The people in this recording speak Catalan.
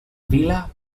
vila